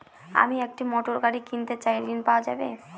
আমি একটি মোটরগাড়ি কিনতে চাই ঝণ পাওয়া যাবে?